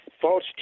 false